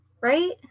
Right